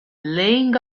laying